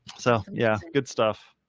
so yeah. good stuff.